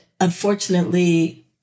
unfortunately